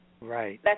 Right